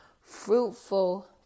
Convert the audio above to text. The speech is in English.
fruitful